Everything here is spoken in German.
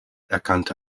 erkannte